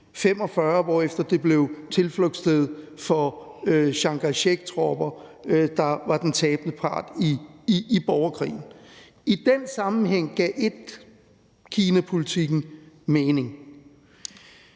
hvorefter det blev tilflugtssted for Chiang Kai-shek-tropper, der var den tabende part i borgerkrigen. I den sammenhæng gav etkinapolitikken mening.